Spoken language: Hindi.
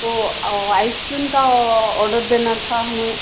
वो आइस क्रीम का ऑडर देना था हमें